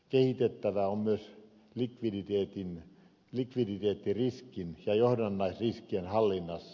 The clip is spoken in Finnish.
kehitettävää on myös likviditeettiriskin ja johdannaisriskien hallinnassa